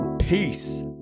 Peace